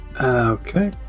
okay